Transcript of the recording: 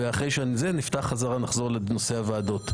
ולאחר מכן, נחזור לנושא הוועדות.